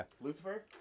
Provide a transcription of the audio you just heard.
Lucifer